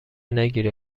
نگیری